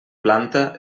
planta